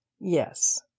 Yes